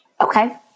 Okay